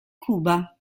cuba